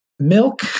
milk